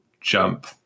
jump